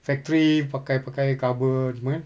factory pakai pakai carbon semua ya